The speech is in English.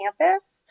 campus